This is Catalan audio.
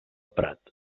prat